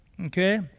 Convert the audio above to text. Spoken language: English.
Okay